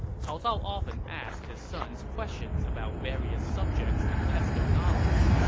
cao cao often asked his sons questions about various subjects to test their knowledge.